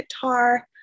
guitar